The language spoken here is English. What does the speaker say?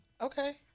okay